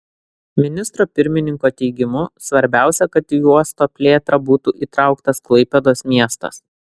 ministro pirmininko teigimu svarbiausia kad į uosto plėtrą būtų įtrauktas klaipėdos miestas